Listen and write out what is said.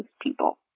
people